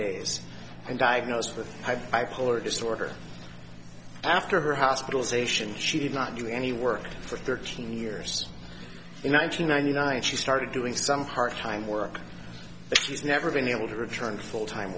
days and diagnosed with bipolar disorder after her hospitalization she did not do any work for thirteen years in one nine hundred ninety nine she started doing some hard time work she's never been able to return full time